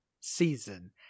season